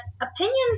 opinions